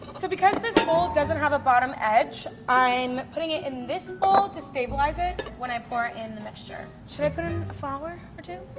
so because this mold doesn't have a bottom edge, i'm putting it in this bowl to stabilize it when i pour in the mixture. should i put in a flower or two?